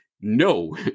No